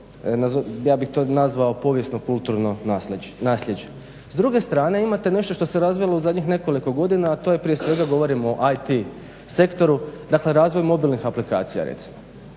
ja bih to nazvao povijesno kulturno naslijeđe. S druge strane imate nešto što se razvilo u zadnjih nekoliko godina, a to je prije svega govorim o IT sektoru, dakle razvoj mobilnih aplikacija recimo.